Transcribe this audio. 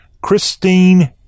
Christine